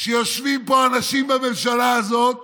שבו יושבים פה אנשים בממשלה הזאת